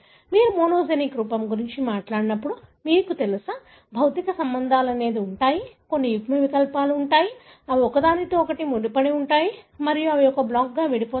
మీరు మోనోజెనిక్ రూపం గురించి మాట్లాడినప్పుడు మీకు తెలుసా భౌతిక సంబంధాలు ఉన్నాయి కొన్ని యుగ్మవికల్పాలు ఉన్నాయి అవి ఒకదానితో ఒకటి ముడిపడి ఉంటాయి మరియు అవి ఒక బ్లాక్గా విడిపోతాయి